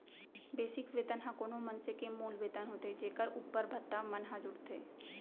basic वेतन ह कोनो मनसे के मूल वेतन होथे जेखर उप्पर भत्ता मन ह जुड़थे